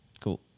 Cool